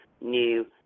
new